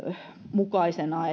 mukaisena